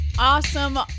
Awesome